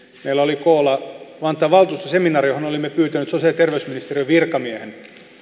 meillä oli koolla vantaan valtuustoseminaari johon olimme pyytäneet sosiaali ja terveysministeriön virkamiehen